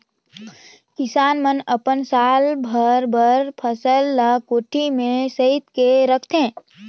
किसान मन अपन साल भर बर फसल ल कोठी में सइत के रखथे